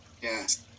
Yes